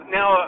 now